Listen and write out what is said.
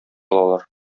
алалар